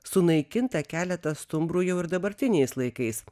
sunaikinta keletas stumbrų jau ir dabartiniais laikais